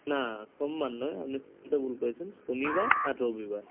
না সোমবার নয় আপনি শুনতে ভুল করেছেন শনিবার আর রবিবার